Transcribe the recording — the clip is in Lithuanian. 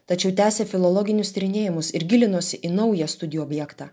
tačiau tęsė filologinius tyrinėjimus ir gilinosi į naują studijų objektą